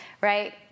right